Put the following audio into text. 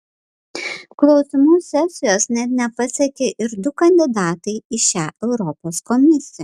klausymų sesijos net nepasiekė ir du kandidatai į šią europos komisiją